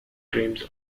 grimes